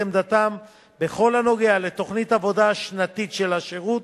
עמדתם בכל הנוגע לתוכנית העבודה השנתית של השירות,